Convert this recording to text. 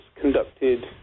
conducted